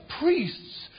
priests